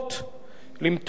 למתוח ביקורת